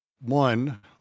one